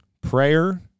Prayer